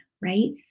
right